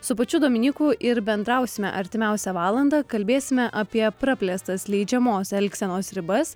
su pačiu dominyku ir bendrausime artimiausią valandą kalbėsime apie praplėstas leidžiamos elgsenos ribas